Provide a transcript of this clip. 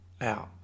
out